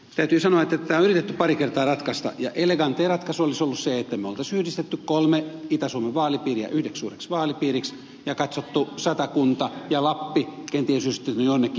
täytyy sanoa että tätä on yritetty pari kertaa ratkaista ja elegantein ratkaisu olisi ollut se että me olisimme yhdistäneet kolme itä suomen vaalipiiriä yhdeksi suureksi vaalipiiriksi ja satakunta ja lappi kenties olisi yhdistetty jonnekin